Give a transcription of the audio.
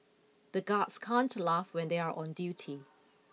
the guards can't laugh when they are on duty